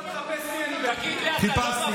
חבר הכנסת ואטורי, דבר.